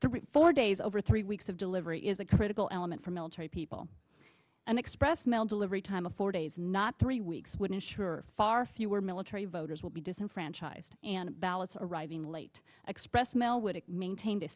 three four days over three weeks of delivery is a critical element for military people an express mail delivery time of four days not three weeks would ensure far fewer military voters would be disenfranchised and ballots arriving late express mail would maintain t